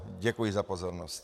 Děkuji za pozornost.